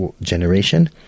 generation